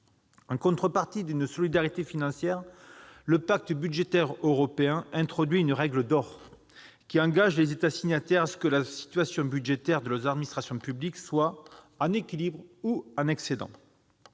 En contrepartie d'une solidarité financière, le pacte budgétaire européen introduit une règle d'or, qui engage les États signataires à ce que la situation budgétaire de leurs administrations publiques soit « en équilibre ou en excédent